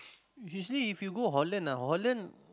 usually if you go Holland ah Holland